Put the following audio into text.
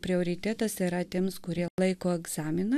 prioritetas yra tiems kurie laiko egzaminą